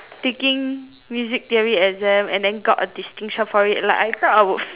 taking music theory exam and then got a distinction for it like I thought I would